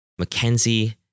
McKenzie